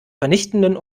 vernichtenden